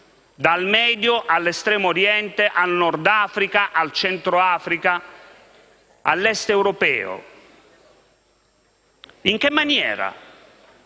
dal Medio all'Estremo Oriente, dal Nord Africa al Centro Africa, all'Est europeo. In che maniera?